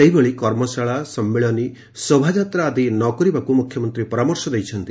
ସେହିଭଳି କର୍ମଶାଳା ସମ୍ମିଳନୀ ଶୋଭାଯାତ୍ରା ଆଦି ନ କରିବାକୁ ମୁଖ୍ୟମନ୍ତୀ ପରାମର୍ଶ ଦେଇଛନ୍ତି